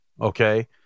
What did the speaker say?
Okay